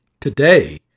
Today